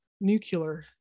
nuclear